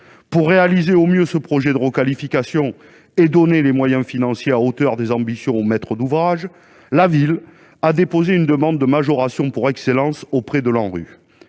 Pour réaliser au mieux ce projet de requalification et pour donner des moyens financiers à hauteur des ambitions aux maîtres d'ouvrage, la ville a déposé une demande de majoration pour excellence auprès de l'Agence